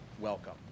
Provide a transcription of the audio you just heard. welcome